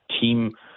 Team